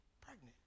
pregnant